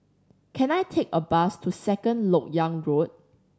can I take a bus to Second Lok Yang Road